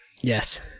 Yes